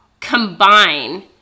combine